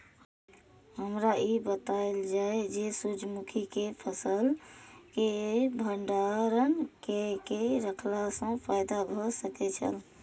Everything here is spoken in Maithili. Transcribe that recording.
हमरा ई बतायल जाए जे सूर्य मुखी केय फसल केय भंडारण केय के रखला सं फायदा भ सकेय छल?